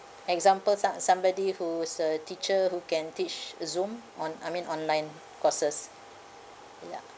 example some~ somebody who's a teacher who can teach zoom on I mean online courses ya that